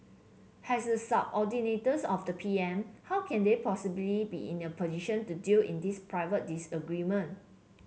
has the subordinates of the P M how can they possibly be in a position to deal in this private disagreement